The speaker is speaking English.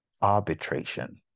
arbitration